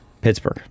Pittsburgh